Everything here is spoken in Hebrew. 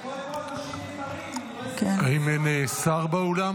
אני רואה פה אנשים יקרים --- האם אין שר באולם?